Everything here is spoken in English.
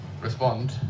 respond